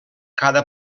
cada